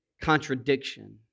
contradiction